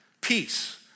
Peace